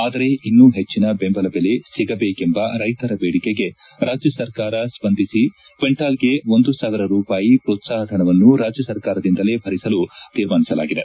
ಆದರೆ ಇನ್ನೂ ಹೆಚ್ಚಿನ ಬೆಂಬಲ ಬೆಲೆ ಸಿಗಬೇಕೆಂಬ ರೈತರ ಬೇಡಿಕೆಗೆ ರಾಜ್ಯ ಸರ್ಕಾರ ಸ್ವಂದಿಸಿ ಕ್ಲಿಂಟಾಲ್ಗೆ ಒಂದು ಸಾವಿರ ರೂಪಾಯಿ ಪೋತ್ಸಾಪಧನವನ್ನು ರಾಜ್ನ ಸರ್ಕಾರದಿಂದಲೇ ಭರಿಸಲು ತೀರ್ಮಾನಿಸಿದೆ